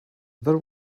there